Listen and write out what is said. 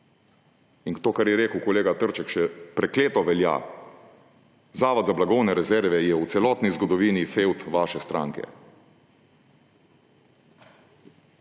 In to, kar je rekel kolega Trček, še prekleto velja. Zavod za blagovne rezerve je v celotni zgodovini fevd vaše stranke.